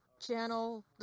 channel